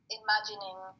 imagining